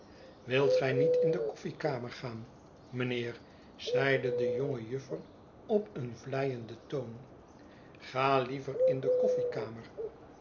wilt gij niet in de koffiekamer gaan mijnheer zeide de jonge juffer op een vleienden toon ga liever in de